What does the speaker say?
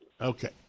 Okay